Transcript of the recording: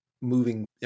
moving